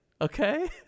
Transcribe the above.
okay